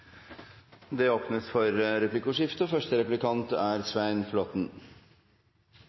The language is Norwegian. Det åpnes for replikkordskifte.